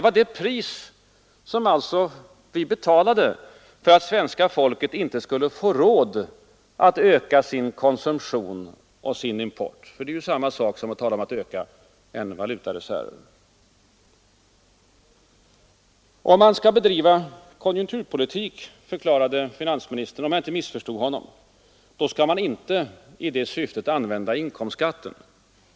Var det priset som vi betalade för att svenska folket inte skulle få råd att öka sin konsumtion och sin import — ty det är ju samma sak som att öka valutareserven? Om jag inte missförstod finansministern sade han, att om man skall bedriva konjunkturpolitik skall man inte i det syftet använda inkomst skatten.